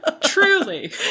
Truly